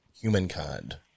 humankind